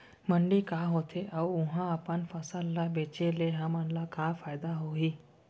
मंडी का होथे अऊ उहा अपन फसल ला बेचे ले हमन ला का फायदा होही?